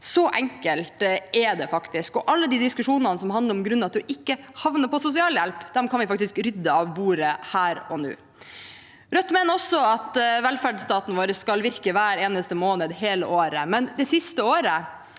Så enkelt er det faktisk, og alle diskusjonene som handler om grunner til å ikke havne på sosialhjelp, kan vi faktisk rydde av bordet her og nå. Rødt mener også at velferdsstaten vår skal virke hver eneste måned hele året. Sist år,